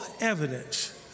evidence